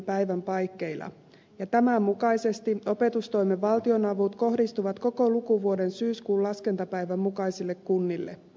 päivän paikkeilla ja tämän mukaisesti opetustoimen valtionavut kohdistuvat koko lukuvuoden syyskuun laskentapäivän mukaisille kunnille